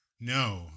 No